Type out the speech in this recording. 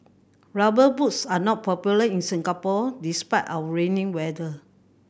Rubber Boots are not popular in Singapore despite our rainy weather